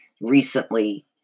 recently